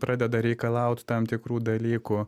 pradeda reikalaut tam tikrų dalykų